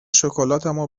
شکلاتمو